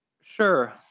Sure